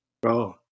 Bro